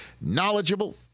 knowledgeable